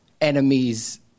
enemies